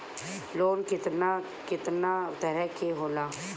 Loan केतना केतना तरह के होला?